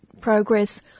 progress